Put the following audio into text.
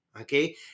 okay